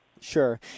Sure